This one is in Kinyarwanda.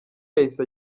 yahise